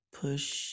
push